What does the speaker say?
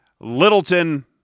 Littleton